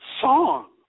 song